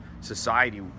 society